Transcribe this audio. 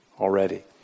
already